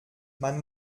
man